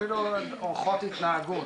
אפילו אורחות התנהגות.